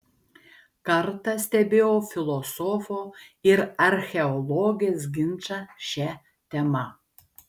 kartą stebėjau filosofo ir archeologės ginčą šia tema